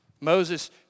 Moses